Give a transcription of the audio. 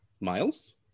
Miles